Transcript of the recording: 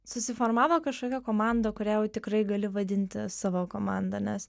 susiformavo kažkokia komanda kurią jau tikrai gali vadinti savo komanda nes